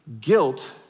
Guilt